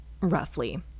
roughly